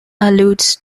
alludes